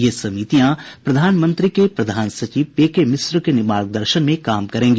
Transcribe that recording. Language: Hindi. ये समितियां प्रधान मंत्री के प्रधान सचिव पी के मिश्रा के मार्गदर्शन में काम करेंगी